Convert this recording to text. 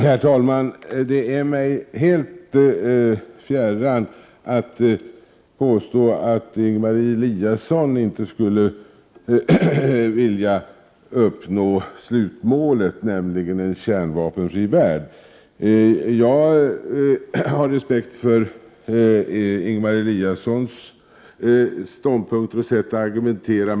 Herr talman! Det är mig helt fjärran att påstå att Ingemar Eliasson inte skulle vilja uppnå slutmålet, nämligen en kärnvapenfri värld. Jag har respekt för Ingemar Eliassons ståndpunkter och sätt att argumentera.